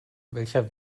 welcher